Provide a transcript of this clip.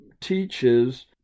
teaches